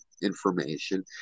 information